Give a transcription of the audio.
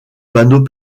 panneaux